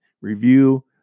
review